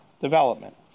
development